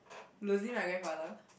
losing my grandfather